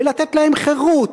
ולתת להם חירות,